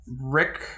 Rick